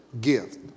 gift